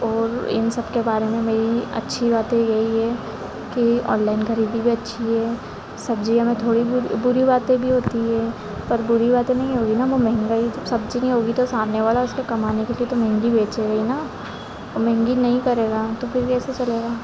और इन सब के बारे में मेरी अच्छी बातें यही है कि ओनलाइन खरीदी भी अच्छी है सब्जी हमें थोड़ी भी बुरी बातें भी होती हैं पर बुरी बातें नहीं होगी न वो महंगाई जब सब्जी नहीं होगी तो सामने वाला उस पे कमाने के लिए तो महंगी बेचेगा ही ना और महंगी नहीं करेगा तो कैसे चलेगा